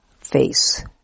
face